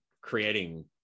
creating